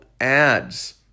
ads